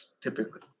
typically